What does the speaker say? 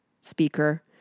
speaker